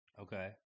Okay